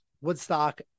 Woodstock